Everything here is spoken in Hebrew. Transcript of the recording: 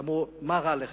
אמרו: מה רע לך?